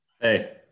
Hey